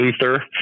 Luther